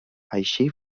així